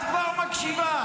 את כבר מקשיבה.